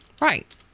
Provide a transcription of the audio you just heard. Right